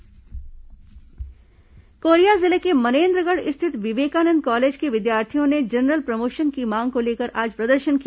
college आंदोलन परिणाम कोरिया जिले के मनेन्द्रगढ़ स्थित विवेकानंद कॉलेज के विद्यार्थियों ने जनरल प्रमोशन की मांग को लेकर आज प्रदर्शन किया